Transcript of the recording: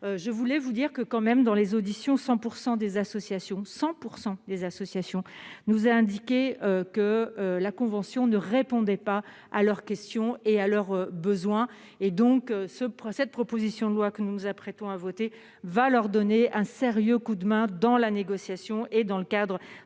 je voulais vous dire que quand même dans les auditions 100 % des associations 100 % des associations nous a indiqué que la convention ne répondaient pas à leurs questions et à leurs besoins et donc ce procès de propositions de loi que nous nous apprêtons à voter va leur donner un sérieux coup de main dans la négociation et, dans le cadre